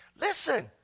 Listen